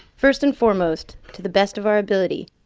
first and foremost, to the best of our ability,